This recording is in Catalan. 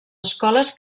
escoles